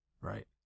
right